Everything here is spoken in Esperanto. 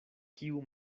kiu